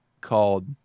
called